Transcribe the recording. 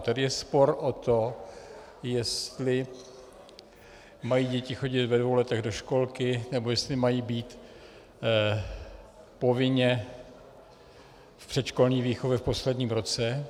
Tady je spor o to, jestli mají děti chodit ve dvou letech do školky, nebo jestli mají být povinně v předškolní výchově v posledním roce.